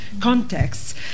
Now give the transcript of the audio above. contexts